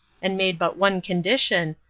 and made but one condition,